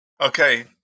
Okay